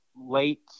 late